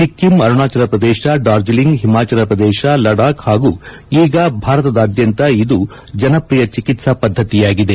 ಸಿಕ್ಕಿಂ ಅರುಣಾಚಲಪ್ರದೇಶ ಡಾರ್ಜಿಲಿಂಗ್ ಹಿಮಾಚಲಪ್ರದೇಶ ಲಡಾಕ್ ಹಾಗೂ ಈಗ ಭಾರತದಾದ್ಯಂತ ಇದು ಜನಪ್ರಿಯ ಚಿಕಿತ್ಸಾ ಪದ್ದತಿಯಾಗಿದೆ